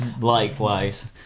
likewise